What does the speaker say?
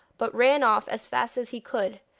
but ran off as fast as he could,